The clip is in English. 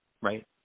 right